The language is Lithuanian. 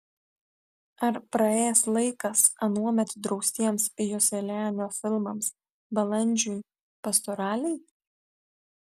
ar praėjęs laikas anuomet draustiems joselianio filmams balandžiui pastoralei